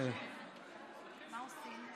מה עושים?